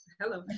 hello